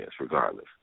regardless